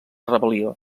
rebel·lió